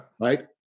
right